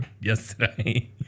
yesterday